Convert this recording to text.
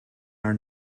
our